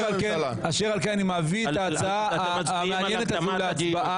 אשר על כן אני מביא את ההצעה המעניינת להצבעה.